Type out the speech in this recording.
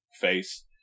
face